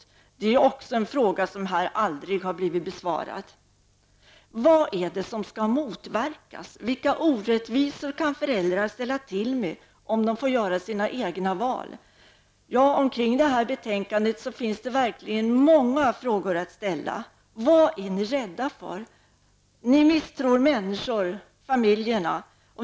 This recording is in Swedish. Även detta är en fråga som aldrig har blivit besvarad här i kammaren. Vad är det som skall motverkas? Vilka orättvisor kan föräldrar ställa till med om de får göra sina egna val? Omkring detta betänkande finns verkligen många frågor att ställa. Vad är ni rädda för? Ni misstror människor, familjerna.